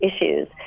issues